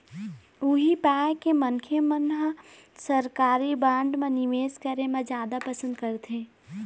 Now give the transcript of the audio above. उही पाय के मनखे मन ह सरकारी बांड म निवेस करे म जादा पंसद करथे